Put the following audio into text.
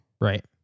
Right